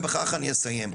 ובכך אני אסיים,